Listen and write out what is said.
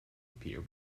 appear